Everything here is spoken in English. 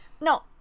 No